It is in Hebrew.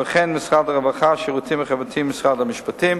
וכן משרד הרווחה והשירותים החברתיים ומשרד המשפטים.